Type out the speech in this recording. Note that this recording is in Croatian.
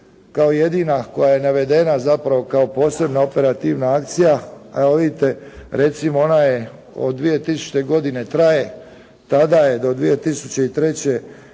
kao jedina koja je navedena zapravo kao posebna operativna akcija. Evo vidite, recimo, ona je od 2000. godine traje, tada je do 2003.